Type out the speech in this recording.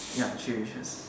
ya three wishes